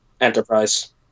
Enterprise